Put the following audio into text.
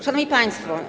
Szanowni Państwo!